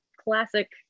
classic